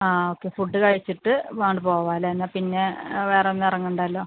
ആ okay food കഴിച്ചിട്ട് അങ്ങോട്ട് പോവാമല്ലേ എന്നാൽ പിന്നെ വേറെ എങ്ങും ഇറങ്ങേണ്ടല്ലോ